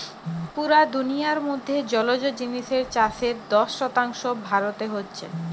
পুরা দুনিয়ার মধ্যে জলজ জিনিসের চাষের দশ শতাংশ ভারতে হচ্ছে